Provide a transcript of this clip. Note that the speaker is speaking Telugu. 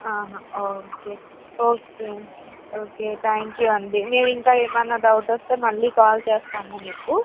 okay okay okay thank you అండి మేము ఇంకా ఏమన్న డౌట్ వస్తే మళ్ళీ కాల్ చేస్తాము మీకు